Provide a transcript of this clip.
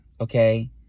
okay